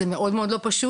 זה מאוד מאוד לא פשוט.